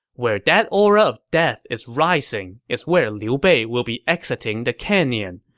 where that aura of death is rising is where liu bei will be exiting the canyon,